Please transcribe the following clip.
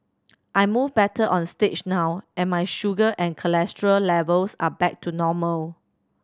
I move better on stage now and my sugar and cholesterol levels are back to normal